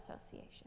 Association